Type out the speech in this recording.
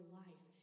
life